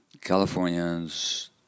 Californians